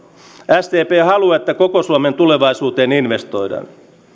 sdp haluaa että koko suomen tulevaisuuteen investoidaan